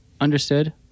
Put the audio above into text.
understood